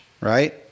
right